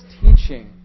teaching